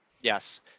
yes